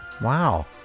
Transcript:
Wow